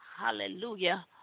hallelujah